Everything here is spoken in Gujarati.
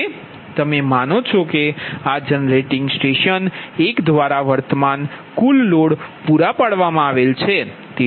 હવે તમે માનો છો કે જનરેટિંગ સ્ટેશન એક દ્વારા વર્તમાન કુલ લોડ પૂરા પાડવામાં આવેલ છે